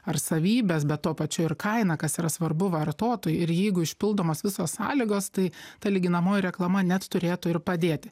ar savybes bet tuo pačiu ir kainą kas yra svarbu vartotojui ir jeigu išpildomos visos sąlygos tai ta lyginamoji reklama net turėtų ir padėti